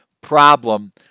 problem